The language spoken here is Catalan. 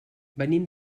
venim